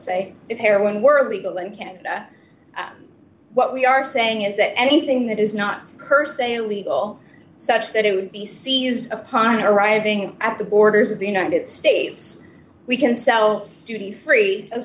say if heroin were illegal and can what we are saying is that anything that is not her say illegal such that it would be seized upon arriving at the borders of the united states we can sell duty free as